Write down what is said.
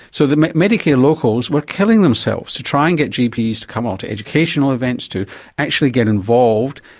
so the medicare locals were killing themselves to try and get gps to come out to educational events, to actually get involved.